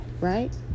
right